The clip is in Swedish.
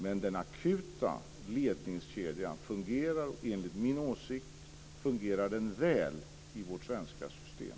Men den akuta ledningskedjan fungerar, och enligt min åsikt fungerar den väl, i vårt svenska system.